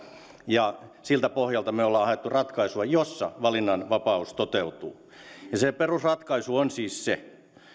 ja siltä pohjalta me olemme hakeneet ratkaisua jossa valinnanvapaus toteutuu se perusratkaisu on siis se